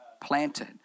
planted